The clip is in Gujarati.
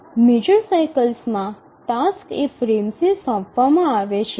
મેજર સાઇકલમાં ટાસક્સ એ ફ્રેમ્સને સોંપવામાં આવે છે